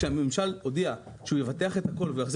כשהממשל הודיע שהוא יבטח את הכל ויחזיר